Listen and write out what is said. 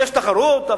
ויש תחרות,